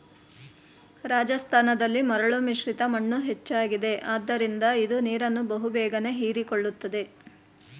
ರಾಜಸ್ಥಾನದಲ್ಲಿ ಮರಳು ಮಿಶ್ರಿತ ಮಣ್ಣು ಹೆಚ್ಚಾಗಿದೆ ಆದ್ದರಿಂದ ಇದು ನೀರನ್ನು ಬಹು ಬೇಗನೆ ಹೀರಿಕೊಳ್ಳುತ್ತದೆ